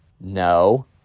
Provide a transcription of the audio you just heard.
no